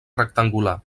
rectangular